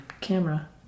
camera